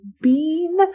bean